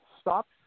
stop